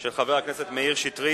של חבר הכנסת מאיר שטרית,